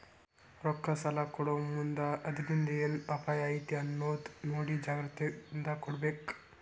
ರೊಕ್ಕಾ ಸಲಾ ಕೊಡೊಮುಂದ್ ಅದ್ರಿಂದ್ ಏನ್ ಅಪಾಯಾ ಐತಿ ಅನ್ನೊದ್ ನೊಡಿ ಜಾಗ್ರೂಕತೇಂದಾ ಕೊಡ್ಬೇಕ್